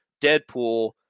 Deadpool